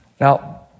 Now